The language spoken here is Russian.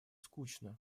скучно